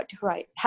right